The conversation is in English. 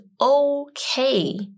okay